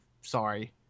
Sorry